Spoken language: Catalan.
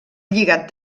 lligat